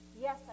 Yes